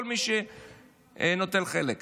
כל מי שנוטל חלק.